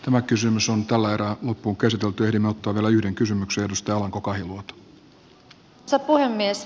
tämä kysymys on tällä erää loppuunkäsitelty rima todella yhden kysymyksen ostoon arvoisa puhemies